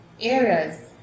areas